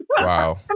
Wow